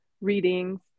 readings